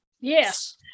Yes